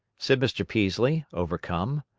said mr. peaslee, overcome.